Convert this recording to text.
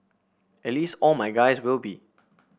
at least all my guys will be